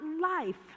life